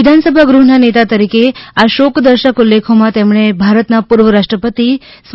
વિધાનસભા ગૃહના નેતા તરીકે આ શોકદર્શક ઉલ્લેખોમાં તેમણે ભારતના પૂર્વ રાષ્ટ્રપતિ સ્વ